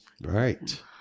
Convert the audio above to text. right